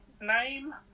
name